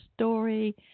story